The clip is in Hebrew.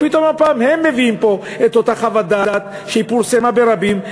פתאום הפעם הם מביאים לפה את אותה חוות דעת שפורסמה ברבים.